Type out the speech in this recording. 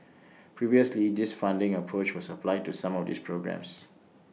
previously this funding approach was applied to some of these programmes